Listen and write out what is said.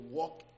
walk